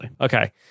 Okay